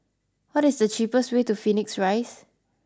what is the cheapest way to Phoenix Rise